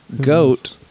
Goat